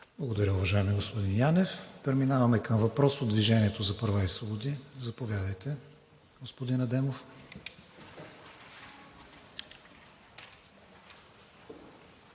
Благодаря, уважаеми господин Янев. Преминаваме към въпрос от „Движението за права и свободи“. Господин Адемов,